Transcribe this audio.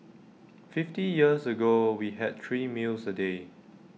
fifty years ago we had three meals A day